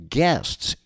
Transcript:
guests